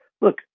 look